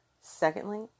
Secondly